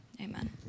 Amen